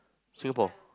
Singapore